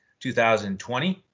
2020